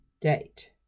date